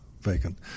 vacant